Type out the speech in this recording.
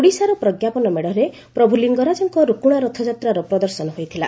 ଓଡ଼ିଶାର ପ୍ରଜ୍ଞାପନ ମେଡ଼ରେ ପ୍ରଭୁ ଲିଙ୍ଗରାଜଙ୍କ ରୁକୁଣା ରଥ ଯାତ୍ରାର ପ୍ରଦର୍ଶନ ହୋଇଥିଲା